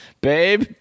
Babe